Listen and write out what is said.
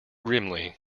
grimly